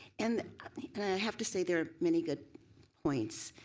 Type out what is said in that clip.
and i have to say there are many good points.